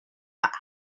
matt